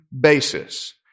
basis